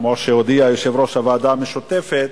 כמו שהודיע יושב-ראש הוועדה המשותפת,